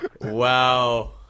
Wow